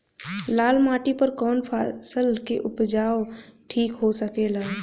लाल माटी पर कौन फसल के उपजाव ठीक हो सकेला?